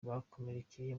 bakomerekeye